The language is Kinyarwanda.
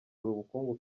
ubukungu